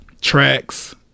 tracks